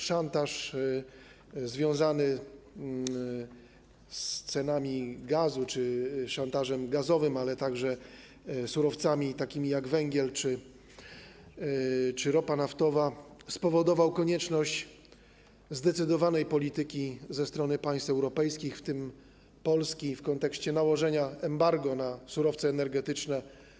Szantaż związany z cenami gazu czy szantaż gazowy, ale także związany z surowcami takimi jak węgiel czy ropa naftowa, spowodował konieczność prowadzenia zdecydowanej polityki ze strony państw europejskich, w tym Polski, w kontekście nałożenia embarga na rosyjskie surowce energetyczne.